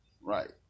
Right